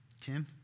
Tim